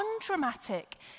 undramatic